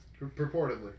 Purportedly